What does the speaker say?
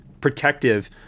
protective